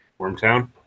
Wormtown